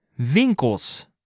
winkels